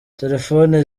telefone